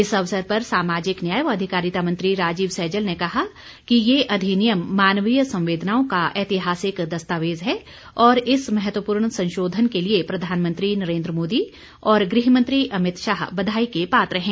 इस अवसर पर सामाजिक न्याय व अधिकारिता मंत्री राजीव सैजल ने कहा कि ये अधिनियम मानवीय संवेदनाओं का ऐतिहासिक दस्तावेज़ है और इस महत्वपूर्ण संशोधन के लिए प्रधानमंत्री नरेन्द्र मोदी और गृह मंत्री अमित शाह बधाई के पात्र हैं